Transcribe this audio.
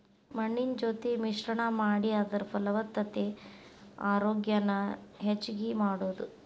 ಮಣ್ಣಿನ ಜೊತಿ ಮಿಶ್ರಣಾ ಮಾಡಿ ಅದರ ಫಲವತ್ತತೆ ಆರೋಗ್ಯಾನ ಹೆಚಗಿ ಮಾಡುದು